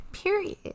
Period